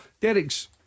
Derek's